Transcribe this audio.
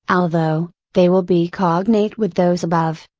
although, they will be cognate with those above.